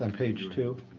and page two.